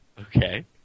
Okay